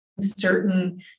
certain